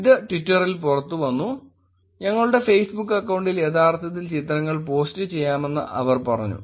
ഇത് ട്വിറ്ററിൽ പുറത്തുവന്നു ഞങ്ങളുടെ ഫേസ്ബുക്ക് അക്കൌണ്ടിൽ യഥാർത്ഥത്തിൽ ചിത്രങ്ങൾ പോസ്റ്റ് ചെയ്യാമെന്ന് അവർ പറഞ്ഞു